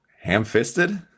ham-fisted